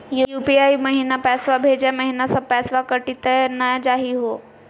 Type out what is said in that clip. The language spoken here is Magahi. यू.पी.आई महिना पैसवा भेजै महिना सब पैसवा कटी त नै जाही हो?